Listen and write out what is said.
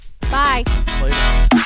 bye